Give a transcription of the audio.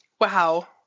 Wow